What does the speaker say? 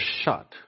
shut